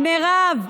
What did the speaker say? מירב,